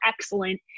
excellent